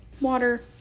water